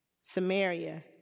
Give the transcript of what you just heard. Samaria